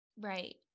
right